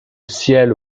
ciel